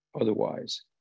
otherwise